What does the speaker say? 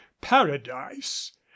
paradise